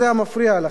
לפי מה שנראה,